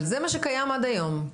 אבל זה מה שקיים עד היום.